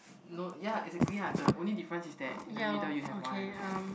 no ya exactly ah the only difference is that in the middle you have one I don't have